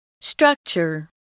Structure